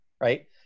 right